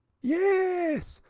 yes,